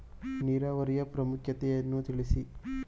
ನೀರಾವರಿಯ ಪ್ರಾಮುಖ್ಯತೆ ಯನ್ನು ತಿಳಿಸಿ?